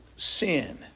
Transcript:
Sin